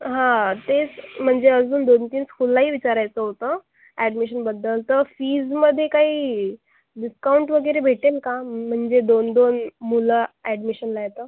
हा तेच म्हणजे अजून दोन तीन स्कूललाही विचारायचं होतं ॲडमिशनबद्दल तर फीजमध्ये काही डिस्काऊंट वगैरे भेटेल का म्हणजे दोन दोन मुलं ॲडमिशनला आहे तर